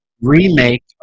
remake